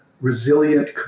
resilient